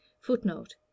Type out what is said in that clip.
Footnote